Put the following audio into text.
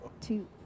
two